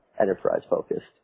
enterprise-focused